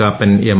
Kappan M